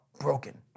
broken